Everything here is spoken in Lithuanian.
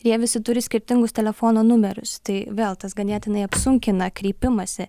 ir jie visi turi skirtingus telefono numerius tai vėl tas ganėtinai apsunkina kreipimąsi